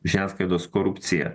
žiniasklaidos korupciją